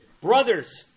Brothers